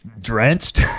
drenched